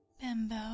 Bimbo